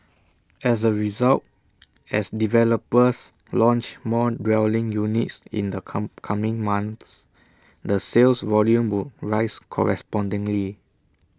as A result as developers launch more dwelling units in the come coming months the sales volume would rise correspondingly